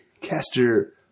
Caster